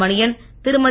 Maniyan Thirumathi